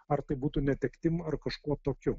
ar tai būtų netektim ar kažkuo tokiu